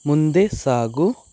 ಮುಂದೆ ಸಾಗು